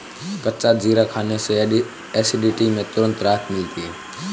कच्चा जीरा खाने से एसिडिटी में तुरंत राहत मिलती है